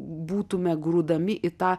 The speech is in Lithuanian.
būtume grūdami į tą